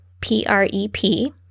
P-R-E-P